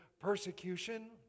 persecution